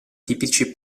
tipici